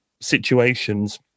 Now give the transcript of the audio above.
situations